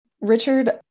Richard